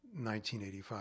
1985